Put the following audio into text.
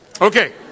Okay